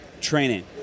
training